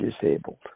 disabled